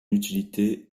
utilité